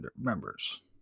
members